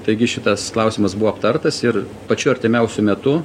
taigi šitas klausimas buvo aptartas ir pačiu artimiausiu metu